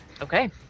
Okay